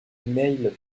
mail